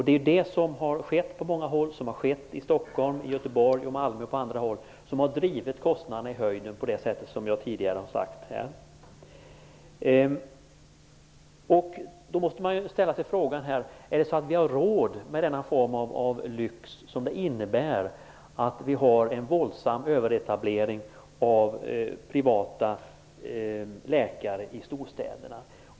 Det är ju det som har skett på många håll, t.ex. i Stockholm, Göteborg och Malmö, och som har drivit kostnaderna i höjden. Då måste man ställa sig frågan: Har vi råd med denna form av lyx som det innebär att ha en våldsam överetablering av privata läkare i storstäderna?